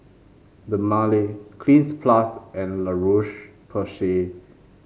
Dermale Cleanz Plus and La Roche Porsay